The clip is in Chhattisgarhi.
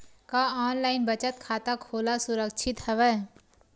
का ऑनलाइन बचत खाता खोला सुरक्षित हवय?